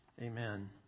Amen